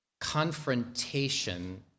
confrontation